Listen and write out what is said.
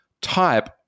type